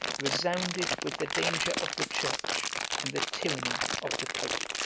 resounded with the danger of the church and the tyranny of the pope.